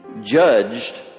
judged